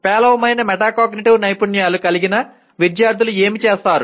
పేలవమైన మెటాకాగ్నిటివ్ నైపుణ్యాలు కలిగిన విద్యార్థులు ఏమి చేస్తారు